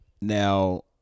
Now